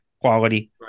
quality